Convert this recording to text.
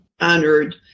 honored